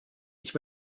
ich